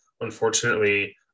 unfortunately